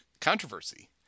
controversy